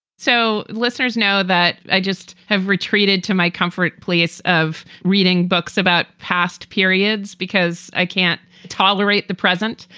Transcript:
so listeners know that i just have retreated to my comfort place of reading books about past periods because i can't tolerate the present.